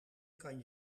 kan